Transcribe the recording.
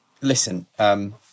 listen